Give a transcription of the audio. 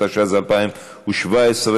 התשע"ז 2017,